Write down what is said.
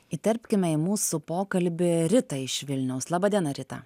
įterpkime į mūsų pokalbį ritą iš vilniaus laba diena rita